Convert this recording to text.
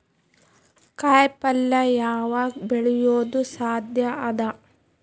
ಕಾಯಿಪಲ್ಯ ಯಾವಗ್ ಬೆಳಿಯೋದು ಸಾಧ್ಯ ಅದ?